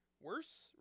worse